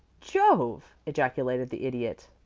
jove! ejaculated the idiot.